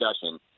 discussion